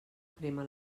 crema